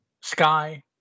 sky